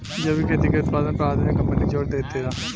जैविक खेती के उत्पादन पर आधुनिक कंपनी जोर देतिया